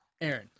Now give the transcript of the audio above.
Aaron